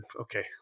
okay